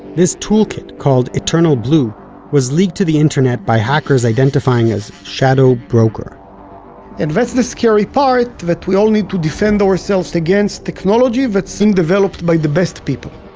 this toolkit, called eternalblue was leaked to the internet by hackers identifying as shadow broker and that's the scary part, that we all need to defend ourselves against technology that's been developed by the best people